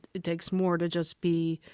it takes more to just be.